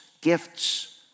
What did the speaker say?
gifts